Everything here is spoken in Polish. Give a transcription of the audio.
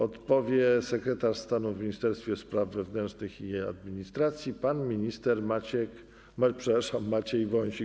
Odpowie sekretarz stanu w Ministerstwie Spraw Wewnętrznych i Administracji pan minister Maciek, przepraszam, Maciej Wąsik.